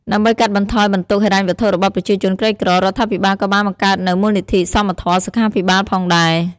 ដើម្បីកាត់បន្ថយបន្ទុកហិរញ្ញវត្ថុរបស់ប្រជាជនក្រីក្រ រដ្ឋាភិបាលក៏បានបង្កើតនូវ មូលនិធិសមធម៌សុខាភិបាលផងដែរ។